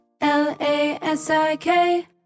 L-A-S-I-K